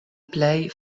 plej